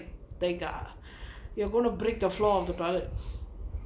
தேங்கா:thaengaa you gone a break the floor of the toilet